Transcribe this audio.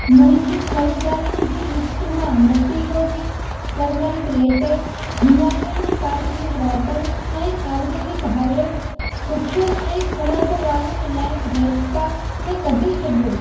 मुंहिंजी ख़रीदारिनि जी लिस्ट मां Nutty Yogi turmeric latte Himalayan sparkling water ऐं आर्गेनिक हार्वेस्ट सुखियलु ऐं ख़राब वारनि लाइ हेयर स्पा खे कढी छॾियो